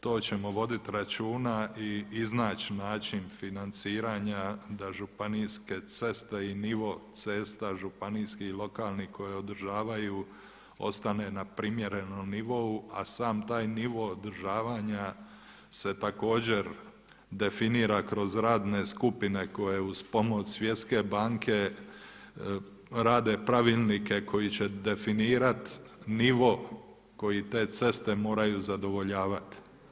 To ćemo vodit računa i iznaći način financiranja da županijske ceste i nivo cesta županijskih i lokalnih koje održavaju ostane na primjerenom nivou, a sam taj nivo održavanja se također definira kroz radne skupine koje uz pomoć Svjetske banke rade pravilnike koji će definirat nivo koji te ceste moraju zadovoljavat.